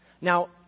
Now